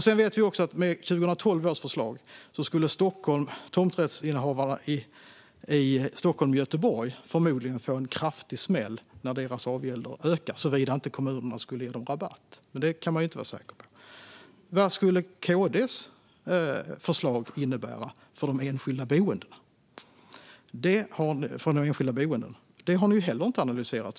Vi vet också att med 2012 års förslag skulle tomträttsinnehavare i Stockholm och Göteborg förmodligen få en kraftig smäll då deras avgälder ökar - såvida inte kommunerna gav dem rabatt, men det kan man inte vara säker på. Vad skulle KD:s förslag innebära för de enskilda boende? Det har de såvitt jag vet heller inte analyserat.